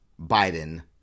Biden